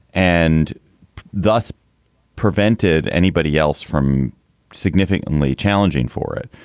and thus prevented anybody else from significantly challenging for it.